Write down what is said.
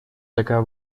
такая